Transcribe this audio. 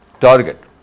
target